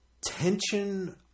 tension